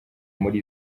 muri